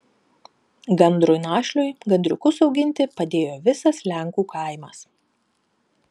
gandrui našliui gandriukus auginti padėjo visas lenkų kaimas